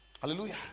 Hallelujah